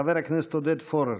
חבר הכנסת עודד פורר.